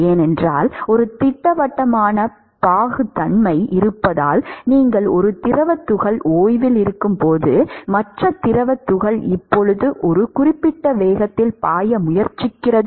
ஏனென்றால் ஒரு திட்டவட்டமான பாகுத்தன்மை இருப்பதால் நீங்கள் ஒரு திரவ துகள் ஓய்வில் இருக்கும்போது மற்ற திரவ துகள் இப்போது ஒரு குறிப்பிட்ட வேகத்தில் பாய முயற்சிக்கிறது